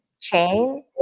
chain